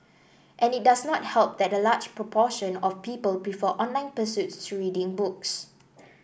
and it does not help that a large proportion of people before online pursuits to reading books